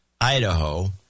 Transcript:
Idaho